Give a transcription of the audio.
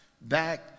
back